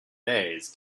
days